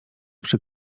przy